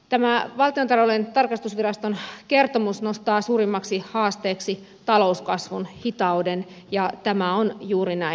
tämä valtiontalouden tarkastusviraston kertomus nostaa suurimmaksi haasteeksi talouskasvun hitauden ja tämä on juuri näin